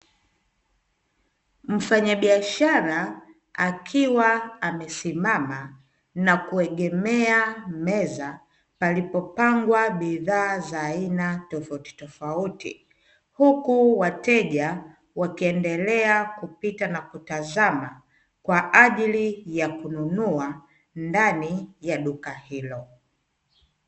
Mfanyabiashara akiwa amesimama na kuegemea meza, palipopangwa bidhaa za aina tofauti tofauti, huku wateja wakiendelea kupita na kutazama kwa ajili ya kununua ndani ya duka hilo.